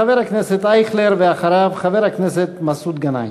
חבר הכנסת אייכלר, ואחריו, חבר הכנסת מסעוד גנאים.